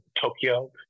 Tokyo